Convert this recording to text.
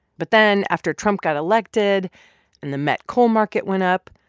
but then, after trump got elected and the met coal market went up,